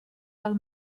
del